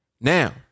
Now